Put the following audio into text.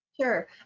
sure